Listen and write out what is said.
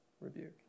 rebuke